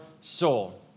soul